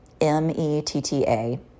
M-E-T-T-A